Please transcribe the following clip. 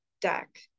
deck